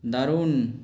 দারুন